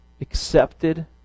accepted